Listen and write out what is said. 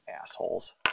assholes